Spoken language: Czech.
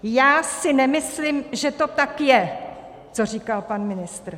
Já si nemyslím, že to tak je, co říkal pan ministr.